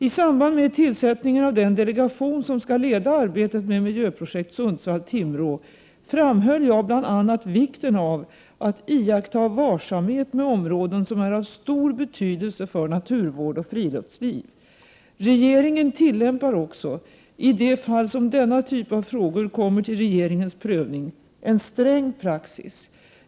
I samband med tillsättningen av den delegation som skall leda arbetet med miljöprojekt Sundsvall-Timrå framhöll jag bl.a. vikten av att iaktta varsamhet med områden som är av stor betydelse för naturvård och friluftsliv. Regeringen tillämpar också, i de fall som denna typ av frågor kommer till regeringens prövning, en sträng praxis.